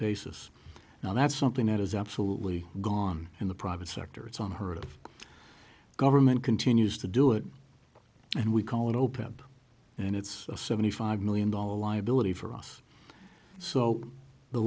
basis now that's something that is absolutely gone in the private sector it's on heard of government continues to do it and we call it opened and it's a seventy five million dollar liability for us so the